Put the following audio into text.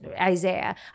Isaiah